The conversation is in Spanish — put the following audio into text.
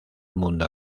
mundo